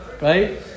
right